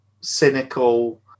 cynical